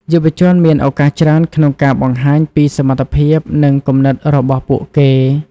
យុវជនមានឱកាសច្រើនក្នុងការបង្ហាញពីសមត្ថភាពនិងគំនិតរបស់ពួកគេ។